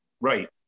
right